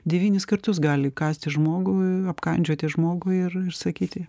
devynis kartus gali įkąsti žmogui apkandžioti žmogų ir sakyti